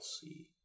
see